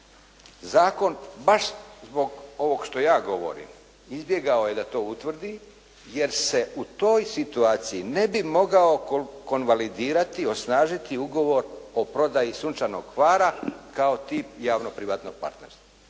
zakon baš zbog ovog što ja govorim izbjegao je da to utvrdi jer se u toj situaciji ne bi mogao konvalidirati, osnažiti ugovor o prodaji Sunčanog Hvara kao tip javno-privatnog partnerstva.